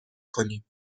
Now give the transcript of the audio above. کنیم